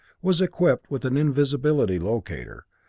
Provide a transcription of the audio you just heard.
was equipped with an invisibility locator,